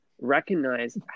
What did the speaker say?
recognize